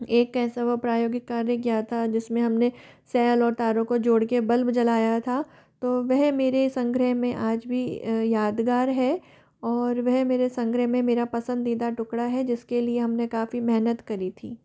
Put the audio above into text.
एक ऐसा प्रायोगिक कार्य किया था जिसमें हमनें सैल और तारों को जोड़ के बल्ब जलाया था तो वह मेरे संग्रह में आज भी यादगार है और वह मेरे संग्रह में मेरा पसंदीदा टुकड़ा है जिसके लिए हमने काफी मेहनत करी थी